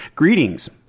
Greetings